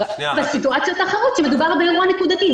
--- בסיטואציות אחרות שמדובר באירוע נקודתי.